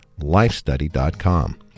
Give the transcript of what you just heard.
lifestudy.com